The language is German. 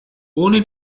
ohne